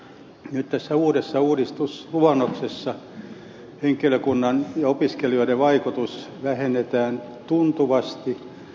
nyt tässä uudessa lakiluonnoksessa henkilökunnan ja opiskelijoiden vaikutusta vähennetään tuntuvasti